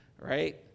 right